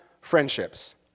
friendships